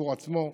עבור עצמו,